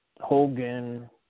Hogan